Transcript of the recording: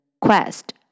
Quest